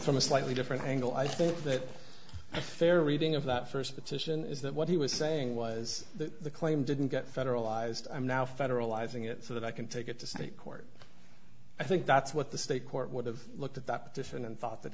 from a slightly different angle i think that a fair reading of that first petition is that what he was saying was that the claim didn't get federalized i'm now federalizing it so that i can take it to state court i think that's what the state court would have looked at that different and thought that